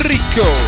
Rico